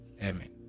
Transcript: Amen